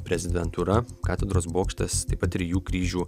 prezidentūra katedros bokštas taip pat trijų kryžių